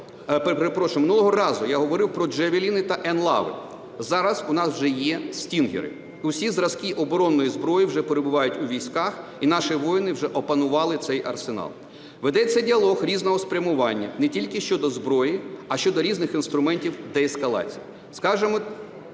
минулого разу я говорив про "джавеліни" та "енлави", зараз у нас вже є "стінгери". Усі зразки оборонної зброї вже перебувають у військах, і наші воїни вже опанували цей арсенал. Ведеться діалог різного спрямування не тільки щодо зброї, а й щодо різних інструментів деескалації.